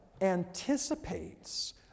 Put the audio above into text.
anticipates